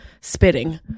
spitting